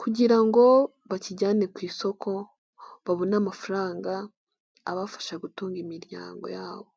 kugira ngo bakijyane ku isoko babone amafaranga abafasha gutunga imiryango yabo.